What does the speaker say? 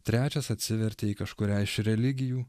trečias atsivertė į kažkurią iš religijų